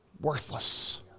worthless